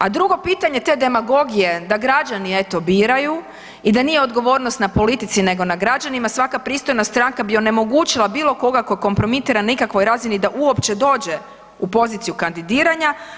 A drugo pitanje te demagogije da građani eto biraju i da nije odgovornost na politici nego na građanima svaka pristojna stranka bi onemogućila bilo koga ko kompromitira nekakvoj razini da uopće dođe u poziciju kandidiranja.